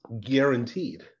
Guaranteed